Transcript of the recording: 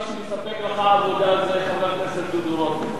מי שמספק לך עבודה זה חבר הכנסת דודו רותם.